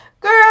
Girl